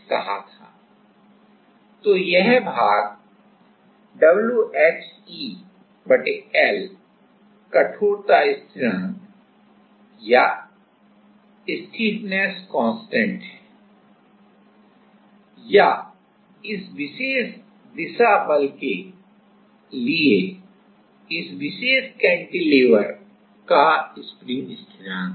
तो यह भाग WHEL कठोरता स्थिरांक है या इस विशेष दिशा बल के लिए इस विशेष कैंटिलीवर का स्प्रिंग स्थिरांक है